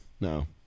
No